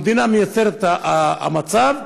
המדינה יוצרת את המצב,